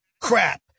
crap